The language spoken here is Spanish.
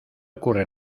ocurre